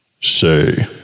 say